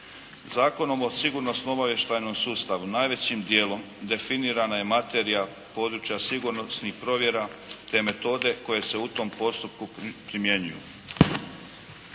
Zakonom o sigurnosno-obavještajnom sustavu najvećim djelom definirana je materija područja sigurnosnih provjera te metode koje se u tom postupku primjenjuju.